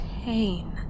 Pain